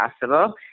possible